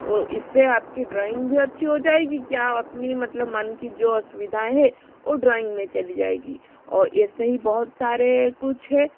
ओ इससे आपकी ड्राइंग भी अच्छी हो जाएगी क्या अपनी मतलब मन की जो असुविधा है ओ ड्राइंग में चली जाएगी और ऐसे ही बहुत सारे कुछ है